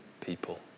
people